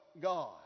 God